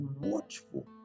watchful